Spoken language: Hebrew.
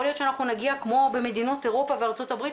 יכול להיות שאנחנו נגיע כמו במדינות אירופה וארצות הברית,